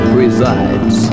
resides